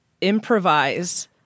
improvise